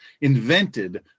invented